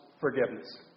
forgiveness